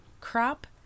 crop